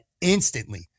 instantly